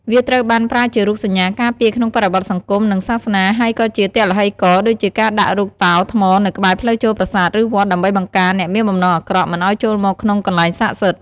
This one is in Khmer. វាត្រូវបានប្រើជារូបសញ្ញាការពារក្នុងបរិបទសង្គម និងសាសនា ហើយក៏ជាទឡ្ហិករណ៍ដូចជាការដាក់រូបតោថ្មនៅក្បែរផ្លូវចូលប្រាសាទ ឬវត្ត ដើម្បីបង្ការអ្នកមានបំណងអាក្រក់ មិនឲ្យចូលមកក្នុងកន្លែងសក្តិសិទ្ធិ។